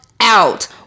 out